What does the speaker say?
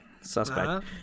suspect